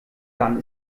dann